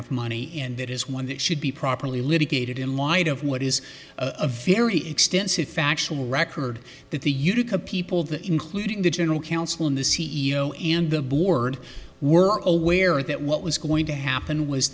of money and that is one that should be properly litigated in light of what is a very extensive factual record that the utica people that including the general counsel in the c e o and the board were aware that what was going to happen was